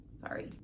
sorry